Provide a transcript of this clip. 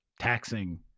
taxing